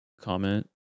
Comment